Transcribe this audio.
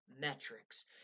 metrics